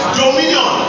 dominion